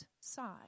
side